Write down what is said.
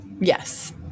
Yes